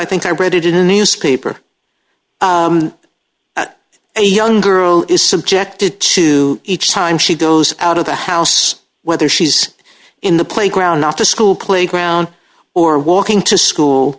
i think i read it in a newspaper at a young girl is subjected to each time she goes out of the house whether she's in the playground after school playground or walking to school